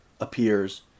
appears